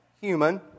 human